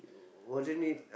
wasn't it